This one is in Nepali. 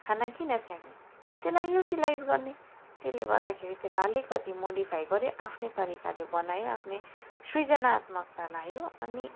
खाना किन फ्याँक्नु त्यसलाई युटिलाइज गर्ने त्यसले गर्दाखेरि त्यसलाई अलिकति मोडिफाई गर्यो आफ्नै तरिकाले बनायो आफ्नै सृजनात्मकता लगायो